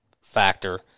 factor